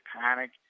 panic